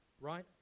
right